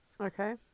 Okay